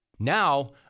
Now